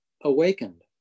awakened